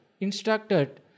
instructed